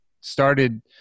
started